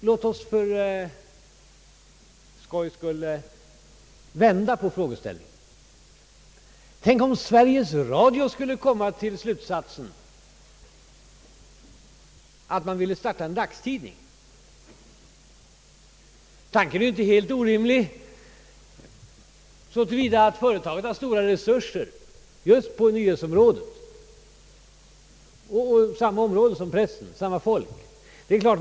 Låt oss för skojs skull vända på frågeställningen! Tänk om Sveriges Radio skulle komma till slutsatsen, att man ville starta en dagstidning. Tanken är ju inte helt orimlig. Företaget har stora resurser just på nyhetsområdet, samma område som pressen, samma folk.